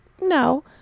no